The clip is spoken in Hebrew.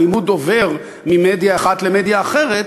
הלימוד עובר ממדיה אחת למדיה אחרת,